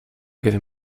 giving